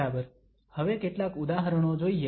બરાબર હવે કેટલાક ઉદાહરણો જોઈએ